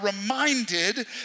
reminded